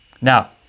Now